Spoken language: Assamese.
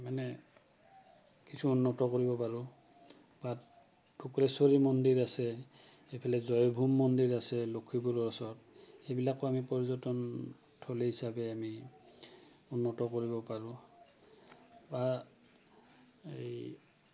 মানে কিছু উন্নত কৰিব পাৰোঁ মন্দিৰ আছে এইফালে জয়ভূম মন্দিৰ আছে লক্ষপুৰৰ ওচৰত এইবিলাকো আমি পৰ্যটন থলী হিচাপে আমি উন্নত কৰিব পাৰোঁ বা এই